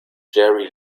jerry